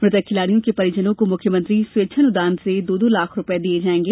मृतक खिलाड़ियों के परिजनों को मुख्यमंत्री स्वेच्छानुदान से दो दो लाख रूपये दिये जायेंगे